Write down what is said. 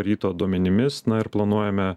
ryto duomenimis na ir planuojame